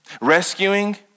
Rescuing